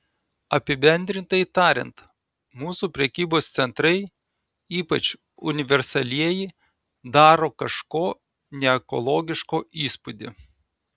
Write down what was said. apibendrintai tariant mūsų prekybos centrai ypač universalieji daro kažko neekologiško įspūdį